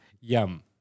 Yum